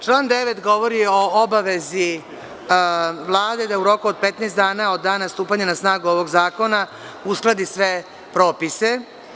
Član 9. govori o obavezi Vlade da u roku od 15 dana, od dana stupanja na snagu ovog zakona, uskladi sve propise.